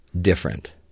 different